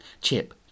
Chip